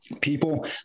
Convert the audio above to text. People